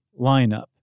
lineup